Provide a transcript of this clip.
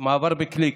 מעבר בקליק.